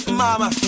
mama